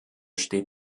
steht